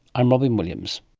i'm robyn williams